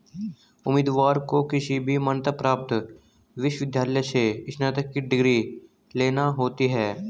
उम्मीदवार को किसी भी मान्यता प्राप्त विश्वविद्यालय से स्नातक की डिग्री लेना होती है